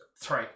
Three